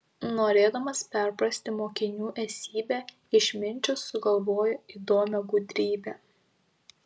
norėdamas perprasti mokinių esybę išminčius sugalvojo įdomią gudrybę